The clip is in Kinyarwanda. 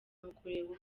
ukureba